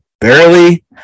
Barely